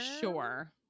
Sure